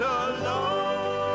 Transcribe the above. alone